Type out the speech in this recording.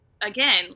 again